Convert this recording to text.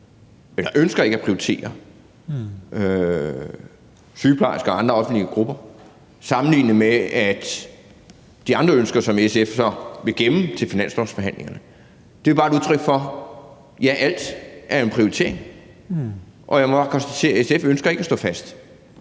ikke, ønsker ikke at prioritere sygeplejersker og andre offentlige grupper sammenlignet med de andre ønsker, som SF så vil gemme til finanslovsforhandlingerne. Det er bare et udtryk for, at ja, alt er en prioritering. Og jeg må bare konstatere, at SF ikke ønsker at stå fast